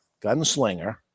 gunslinger